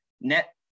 net